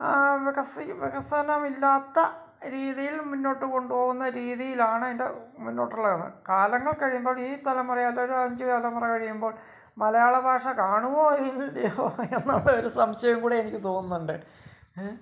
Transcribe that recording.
വികസനമില്ലാത്ത രീതിയിൽ മുന്നോട്ട് കൊണ്ടുപോകുന്ന രീതിയിലാണതിൻ്റെ മുന്നോട്ടുള്ളയുള്ളത് കാലങ്ങൾ കഴിയുമ്പൊഴീ തലമുറയോ അല്ലൊരഞ്ച് തലമുറ കഴിയുമ്പോൾ മലയാളഭാഷ കാണുവോ ഇല്ലയോ എന്നുള്ളെയൊരു സംശയം കൂടി എനിക്ക് തോന്നുന്നുണ്ട് ങേ